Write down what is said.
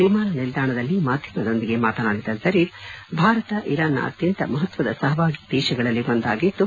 ವಿಮಾನ ನಿಲ್ದಾಣದಲ್ಲಿ ಮಾಧ್ಯಮದೊಂದಿಗೆ ಮಾತನಾಡಿದ ಝರೀಫ್ ಭಾರತ ಇರಾನ್ನ ಅತ್ಯಂತ ಮಹತ್ವದ ಸಹಭಾಗಿ ದೇಶಗಳಲ್ಲಿ ಒಂದಾಗಿದ್ದು